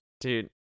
dude